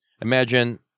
Imagine